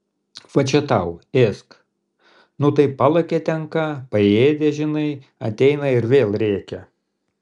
va čia tau ėsk nu tai palakė ten ką paėdė žinai ateina ir vėl rėkia